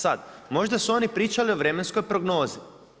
Sad, možda su oni pričali o vremenskoj prognozi.